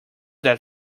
that